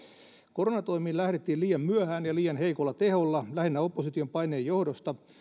koronatoimiin lähdettiin liian myöhään ja liian heikolla teholla lähinnä opposition paineen johdosta